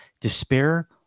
despair